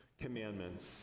commandments